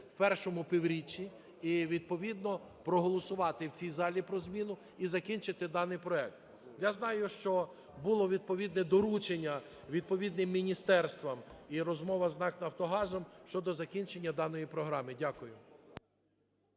в першому півріччі, і відповідно проголосувати в цій залі про зміну, і закінчити даний проект. Я знаю, що було відповідне доручення відповідним міністерствам і розмова з НАК "Нафтогазом" щодо закінчення даної програми. Дякую.